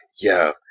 yo